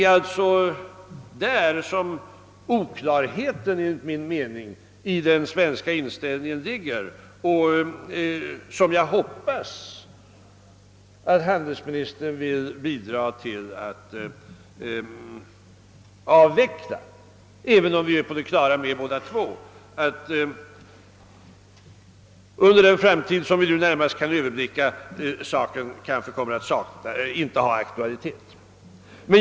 Det är här som oklarheten i den svenska inställningen ligger. Jag hoppas att handelsministern vill bidra till att skingra den, även om vi båda är på det klara med att frågan under den framtid vi nu kan överblicka förmodligen inte blir aktuell.